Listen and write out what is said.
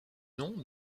nom